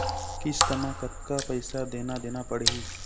किस्त म कतका पैसा देना देना पड़ही?